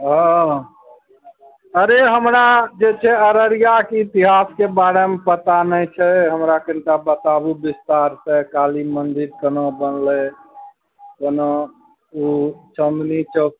हँ अरे हमरा जे छै अररियाके इतिहासके बारेमे पता नहि छै हमरा कनिटा बताबू विस्तारसे काली मन्दिर कोना बनलै कोना ओ चाँदनी चौक